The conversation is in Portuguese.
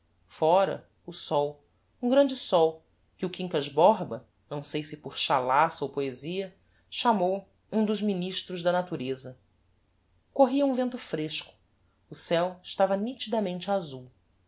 fóra o sol um grande sol que o quincas borba não sei se por chalaça ou poesia chamou um dos ministros da natureza corria um vento fresco o ceu estava nitidamente azul